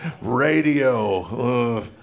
Radio